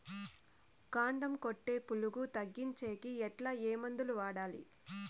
కాండం కొట్టే పులుగు తగ్గించేకి ఎట్లా? ఏ మందులు వాడాలి?